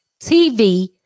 TV